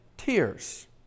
tears